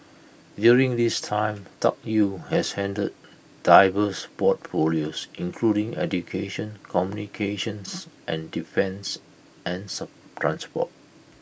during this time Tuck Yew has handled diverse portfolios including education communications and defence and some transport